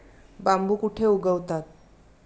बांबू कुठे उगवतात?